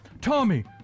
Tommy